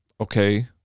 okay